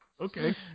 Okay